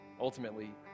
Ultimately